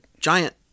giant